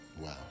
Wow